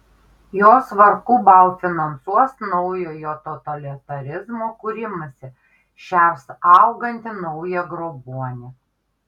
jos vargu bau finansuos naujojo totalitarizmo kūrimąsi šers augantį naują grobuonį